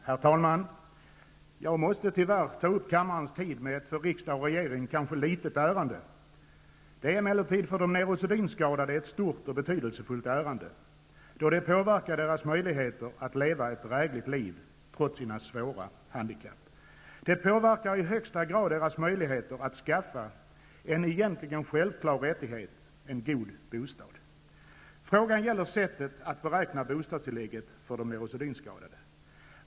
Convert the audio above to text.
Herr talman! Jag måste tyvärr ta upp kammarens tid med ett för riksdag och regering litet ärende. För de neurosedynskadade är det emellertid ett stort och betydelsefullt ärende, då det påverkar deras möjligheter att leva ett drägligt liv, trots sina svåra handikapp. Det påverkar i högsta grad deras möjligheter att skaffa en god bostad, en egentligen självklar rättighet. Frågan gäller sättet att beräkna bostadstillägget för de neurosedynskadade.